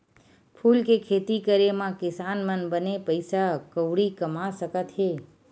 फूल के खेती करे मा किसान मन बने पइसा कउड़ी कमा सकत हे